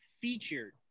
featured